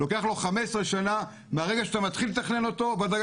לוקח לו 15 שנה מהרגע שאתה מתחיל לתכנן אותו ועד הרגע